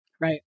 Right